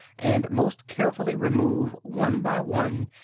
and most carefully remove, one by one,